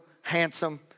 handsome